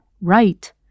Right